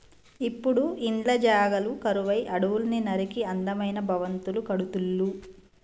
ఇప్పుడు ఇండ్ల జాగలు కరువై అడవుల్ని నరికి అందమైన భవంతులు కడుతుళ్ళు